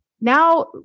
now